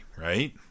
right